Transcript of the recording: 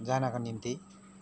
जानको निम्ति